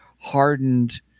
hardened